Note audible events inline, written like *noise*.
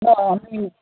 না *unintelligible*